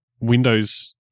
Windows